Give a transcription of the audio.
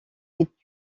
est